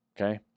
Okay